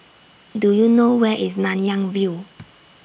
Do YOU know Where IS Nanyang View